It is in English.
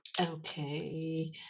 Okay